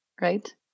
right